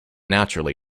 naturally